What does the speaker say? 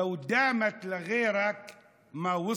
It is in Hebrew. (אומר בערבית ומתרגם:)